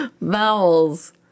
Vowels